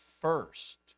first